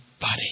body